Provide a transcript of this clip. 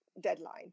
deadline